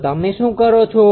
તો તમે શું કરો છો